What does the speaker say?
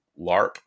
LARP